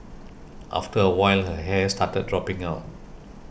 after a while her hair started dropping out